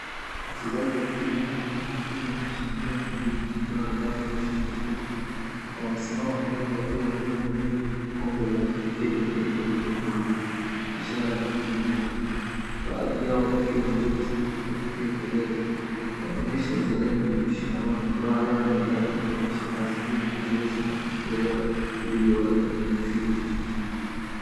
Wachezaji wa timu ya rugby ya Kenya wanashangilia kwa nguvu na furaha baada ya ushindi mkubwa. Wawasi wao pamoja wakiwa wameinua juu kombe la kipekee lenye umbo ya tembo wawili ishara ya nguvu na ardhi baadhi yao pia wakipiga kelele wanaonyesha uzalendo wa kushikama furaha yao ni ya dhati kuonyesha kazi ngumu mazoezi na kujitolea vilivyo waleta kwenye ushindi huu.